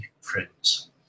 friends